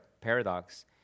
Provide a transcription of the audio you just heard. paradox